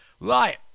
Right